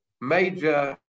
major